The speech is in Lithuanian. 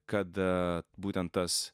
kad būtent tas